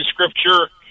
scripture